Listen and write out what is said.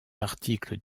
articles